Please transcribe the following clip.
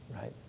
right